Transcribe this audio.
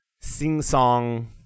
sing-song